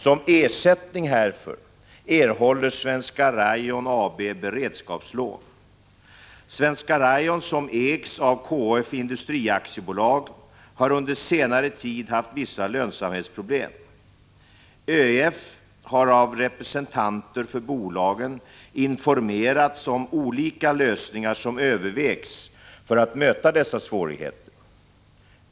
Som ersättning härför erhåller Svenska Rayon AB beredskapslån. Svenska Rayon, som ägs av KF Industri AB, har under senare tid haft vissa lönsamhetsproblem. ÖEF har av representanter för bolagen informerats om olika lösningar som övervägs för att möta dessa svårigheter.